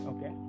Okay